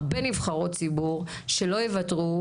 הרבה נבחרות ציבור שלא יוותרו,